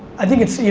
i think it's,